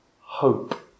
hope